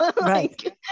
Right